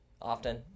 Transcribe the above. Often